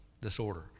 disorder